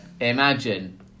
Imagine